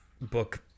book